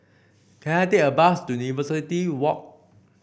can I take a bus to University Walk